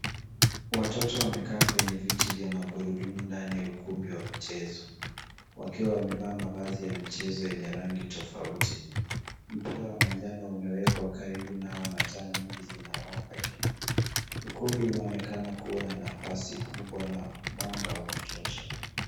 Watoto wamekaa kwenye viti vya magurudumu ndani ya ukumbi wa michezo wakiwa wamevaa mavazi ya michezo yenye rangi tofauti. Mpira wa manjano umewekwa karibu nao na taa nyingi zinawaka juu. Ukumbi unaonekana kuwa na nafasi kubwa na mwanga wa kutosha.